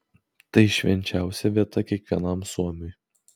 tai švenčiausia vieta kiekvienam suomiui